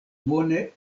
bone